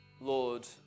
Lord